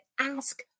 ask